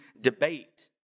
debate